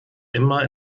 immer